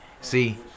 see